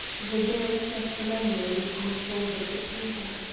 the barrister solemnly unfolded the paper,